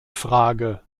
frage